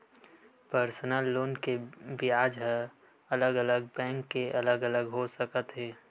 personal loan के बियाज ह अलग अलग बैंक के अलग अलग हो सकत हे